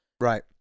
right